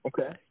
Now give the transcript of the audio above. Okay